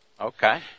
Okay